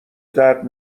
درد